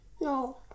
No